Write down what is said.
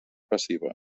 passiva